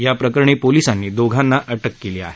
या प्रकरणी पोलिसांनी दोघांना अटक केली आहे